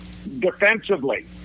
defensively